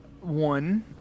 one